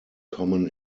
common